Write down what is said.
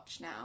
now